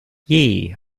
yea